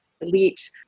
elite